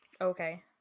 okay